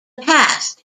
past